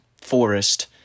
forest